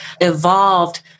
evolved